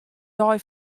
dei